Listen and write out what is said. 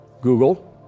Google